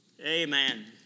Amen